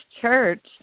church